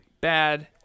bad